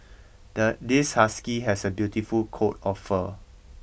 the this husky has a beautiful coat of fur